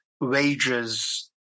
wages